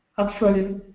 actually,